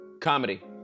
Comedy